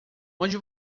onde